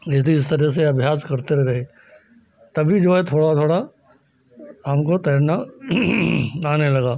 यदि इस तरह से अभ्यास करते रहे तभी जो है थोड़ा थोड़ा हमको तैरना आने लगा